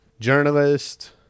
journalist